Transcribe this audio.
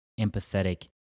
empathetic